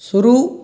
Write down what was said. शुरु